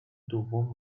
دوم